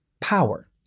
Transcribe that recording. power